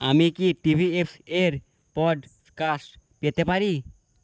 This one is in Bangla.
আমি কি টি ভি ফের পডকাস্ট পেতে পারি